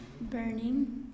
burning